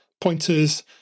pointers